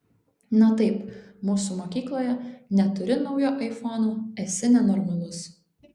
na taip mūsų mokykloje neturi naujo aifono esi nenormalus